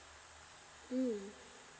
mm